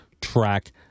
track